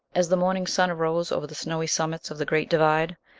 as the morning sun arose over the snowy summits of the great divide,